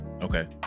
okay